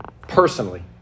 Personally